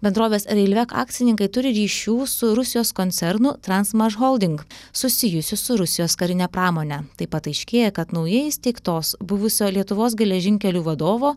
bendrovės reilvek akcininkai turi ryšių su rusijos koncernu transmašholding susijusių su rusijos karine pramone taip pat aiškėja kad naujai įsteigtos buvusio lietuvos geležinkelių vadovo